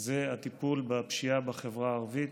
זה הטיפול בפשיעה בחברה הערבית.